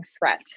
threat